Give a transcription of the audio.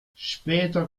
später